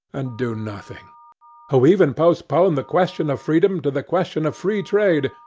and do nothing who even postpone the question of freedom to the question of free trade,